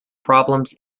problems